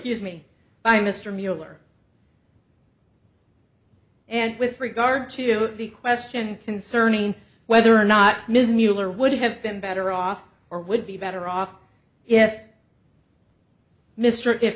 is me by mr mueller and with regard to the question concerning whether or not ms mueller would have been better off or would be better off if mr if